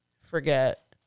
forget